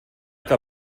que